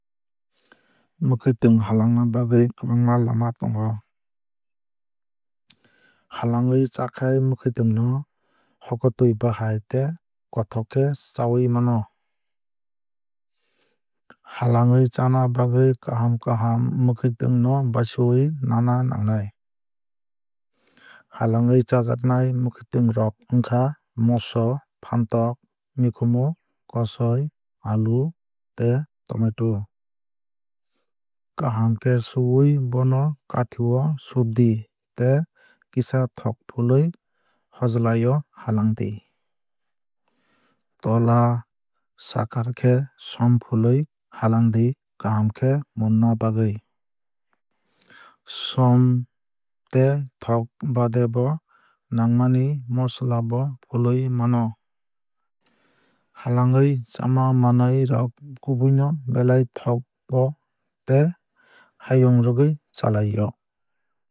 Mwkhwtwng halangna bagwui kwbangma lama tongo. Halangwui chakhai mwkhwtwng no hokwtwui bahai tei kothok khe chawui mano. Halangwui chana bagwui kaham kaham mwkhwtwng no basiwui nana nangnai. Halangwui chajaknai mwkhwtwng rok wngkha moso phantok mikhumu kosoi alu tei tomato. Kaham khe suwui bono kathi o soobdi tei kisa thok fului hojlai o halangdi. Tola saka khe som fului halangdi kaham khe munna bagwui. Som tei thok baade bo nangmani mososla bo fului mano. Halangwui chama manwui rok kubui no belai thogo tei hayung rwgui chailai o.